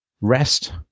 rest